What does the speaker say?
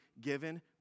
given